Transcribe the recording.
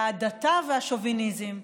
ההדתה והשוביניזם.